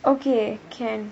okay can